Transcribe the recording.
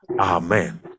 Amen